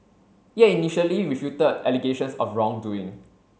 it initially refuted allegations of wrongdoing